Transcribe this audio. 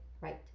right